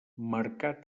marcar